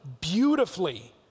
beautifully